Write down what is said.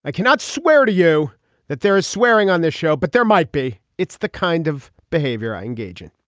i cannot swear to you that there is swearing on this show but there might be it's the kind of behavior i engage in